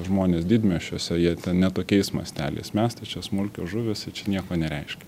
žmones didmiesčiuose jie ten ne tokiais masteliais mes tai čia smulkios žuvys tai čia nieko nereiškia